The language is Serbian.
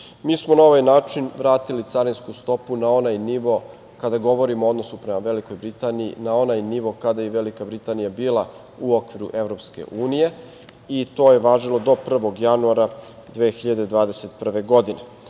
Mi smo na ovaj način vratili carinsku stopu na onaj nivo, kada govorimo o odnosu prema Velikoj Britaniji, na onaj nivo, kada je Velika Britanija bila u okviru Evropske unije i to je važilo do 1. januara 2021. godine.